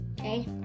Okay